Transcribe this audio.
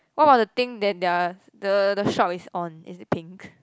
one of the thing that the the the shop is on is it pink